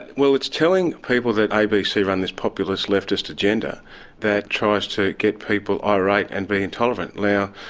well, it's telling people that abc run this populist leftist agenda that tries to get people irate and be intolerant. now,